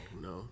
no